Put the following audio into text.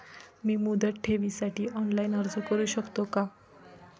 मी मुदत ठेवीसाठी ऑनलाइन अर्ज करू शकतो का?